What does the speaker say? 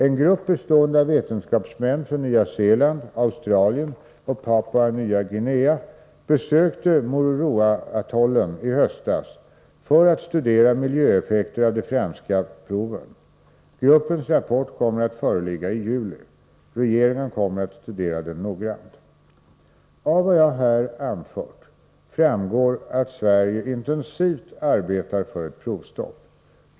En grupp bestående av vetenskapsmän från Nya Zeeland, Australien och Papua Nya Guinea besökte Mururoa-atollen i höstas för att studera miljöeffekterna av de franska proven. Gruppens rapport kommer att föreligga i juli. Regeringen kommer att studera den noggrant. Av vad jag här har anfört framgår att Sverige intensivt arbetar för ett provstopp.